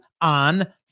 on